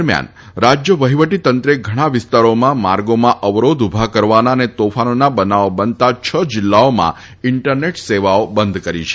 દરમિયાન રાજ્ય વહિવટી તંત્રે ઘણા વિસ્તારોમાં માર્ગોમાં અવરોધ ઉભા કરવાના અને તોફાનોના બનાવો બનતાં છ જિલ્લાઓમાં ઈન્ટરનેટ સેવાઓ બંધ કરી છે